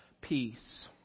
peace